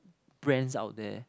brands out there